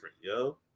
yo